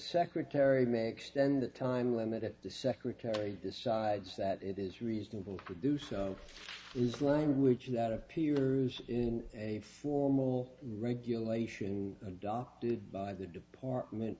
secretary may extend the time limit the secretary decides that it is reasonable to do so is language that appears in a formal regulation adopted by the department